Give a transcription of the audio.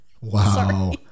Wow